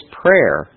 prayer